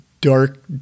dark